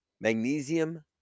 Magnesium